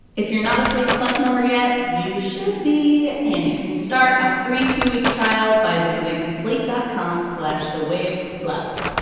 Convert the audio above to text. if you're not a slate plus member yet you should be. and you can start a free two week trial by visiting slate dot com slash the waves plus